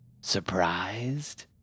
Surprised